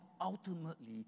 ultimately